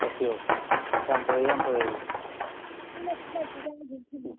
okay okay ꯌꯥꯝ ꯐꯔꯦ ꯌꯥꯝ ꯐꯔꯦ ꯑꯗꯨꯗꯤ ꯎꯝ